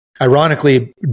ironically